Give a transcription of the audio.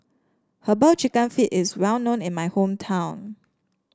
herbal chicken feet is well known in my hometown